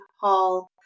Hall